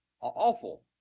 Awful